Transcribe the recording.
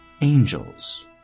Angels